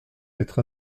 être